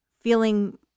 feeling